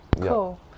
Cool